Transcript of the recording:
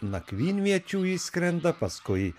nakvynviečių išskrenda paskui